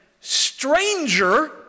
stranger